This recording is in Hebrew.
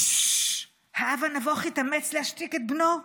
ששש, האב הנבוך התאמץ להשתיק את בנו,